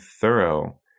thorough